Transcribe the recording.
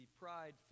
pride